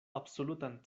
absolutan